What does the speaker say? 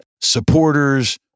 supporters